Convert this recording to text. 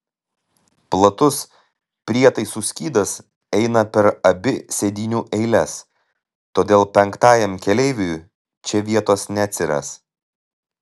platus prietaisų skydas eina per abi sėdynių eiles todėl penktajam keleiviui čia vietos neatsiras